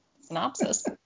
synopsis